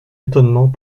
étonnement